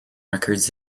records